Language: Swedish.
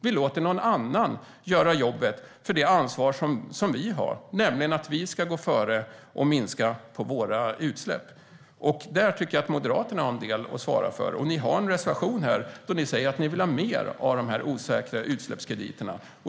Vi låter någon annan göra jobbet för det ansvar som vi har, nämligen att vi ska gå före och minska våra utsläpp. Där tycker jag att Moderaterna har en del att svara för. Ni har en reservation där ni säger att ni vill ha mer av dessa osäkra utsläppskrediter.